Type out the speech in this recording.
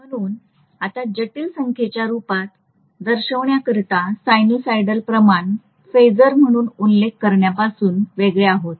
म्हणून आता जटिल संख्येच्या रूपात दर्शविण्याकरिता साइनसॉइडल प्रमाण फेजर म्हणून उल्लेख करण्यापासून वेगळे आहोत